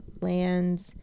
lands